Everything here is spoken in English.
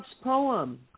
poem